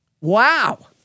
Wow